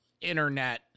internet